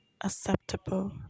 acceptable